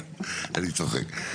אני צוחק.